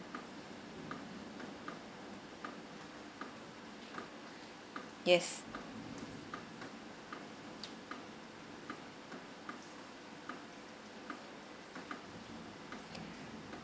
yes